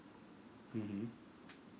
mmhmm